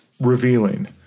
revealing